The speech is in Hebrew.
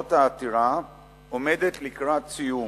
נשואות העתירה עומדת לקראת סיום,